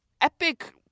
epic